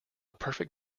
perfect